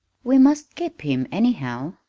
we must keep him, anyhow,